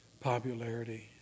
popularity